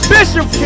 Bishop